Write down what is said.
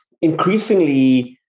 increasingly